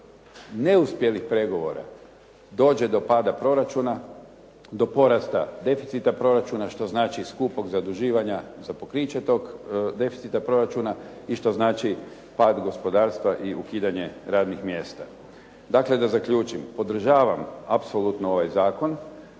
neuspjelih pregovora dođe do pada proračuna, do porasta deficita proračuna, što znači skupog zaduživanja za pokriće toga deficita proračuna i što znači pad gospodarstva i ukidanje radnih mjesta. Dakle, da zaključim. Podržavam apsolutno ovaj zakon.